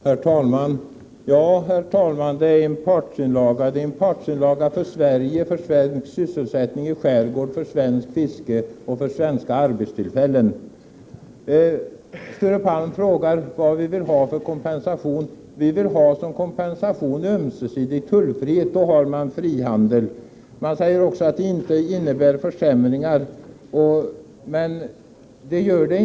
Herr talman! Ja, Sture Palm, det är en partsinlaga. Det är en partsinlaga för Sverige, för svensk sysselsättning i skärgården, för svenskt fiske och för svenska arbetstillfällen. Sture Palm frågar vilken kompensation vi avser. Vi vill ha som kompensation ömsesidig tullfrihet. Då är det fråga om frihandel. Här talas om att det inte skulle bli några försämringar.